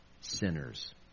sinners